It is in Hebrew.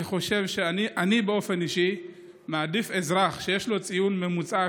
אני חושב שאני באופן אישי מעדיף אזרח שיש לו ציון ממוצע,